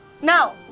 now